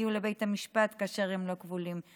יגיעו לבית המשפט כאשר הם לא כבולים.